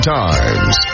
times